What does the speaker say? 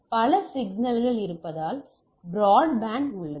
பல சிக்னல்கள் இருப்பதால் பிராட்பேண்ட் உள்ளது